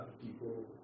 people